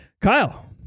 Kyle